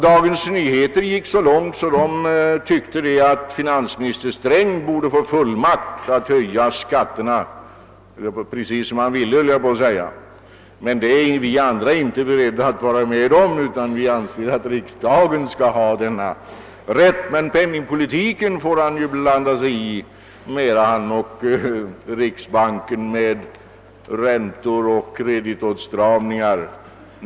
Dagens Nyheter gick så långt, att den tyckte att finansminister Sträng borde få fullmakt att höja skatterna, precis som han ville höll jag på att säga. Men det är vi andra inte beredda att vara med om; vi anser, att det är riksdagen som skall ha denna rätt. Men penningpolitiken får ju finansministern och riksbanken sköta när inte riksdagen är samlad.